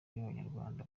b’abanyarwanda